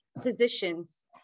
positions